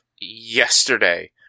yesterday